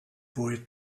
boy